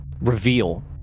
Reveal